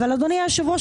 אבל אדוני יושב הראש,